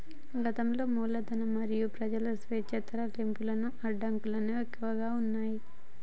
గతంలో మూలధనం మరియు ప్రజల స్వేచ్ఛా తరలింపునకు అడ్డంకులు ఎక్కువగా ఉన్నయ్